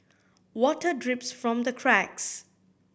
water drips from the cracks